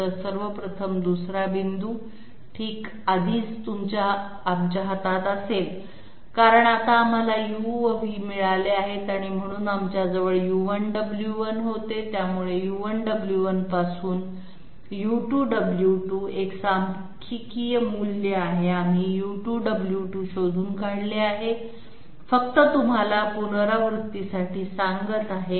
तर सर्व प्रथमदुसरा बिंदू ठीक आधीच आमच्या हातात असेल कारण आता आम्हाला u व v मिळाले आहेत आणि म्हणून आमच्या जवळ u1 w1 होते त्यामुळे u1 w1 पासून u2 w2 एक सांख्यिकीय मूल्य आहे आम्ही u2 w2 शोधून काढले आहे फक्त तुम्हाला पुनरावृत्ति साठी सांगत आहे